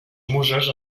muses